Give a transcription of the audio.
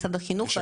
משרד החינוך,